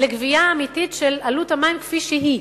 לגבייה אמיתית של עלות המים כפי שהיא.